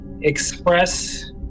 express